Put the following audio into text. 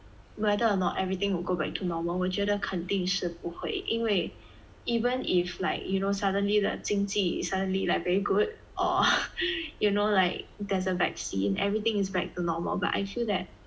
whether or not everything will go back to normal 我觉得肯定是不会因为 even if like you know suddenly the 经济 suddenly like very good or you know like there's a vaccine everything is back to normal but I feel that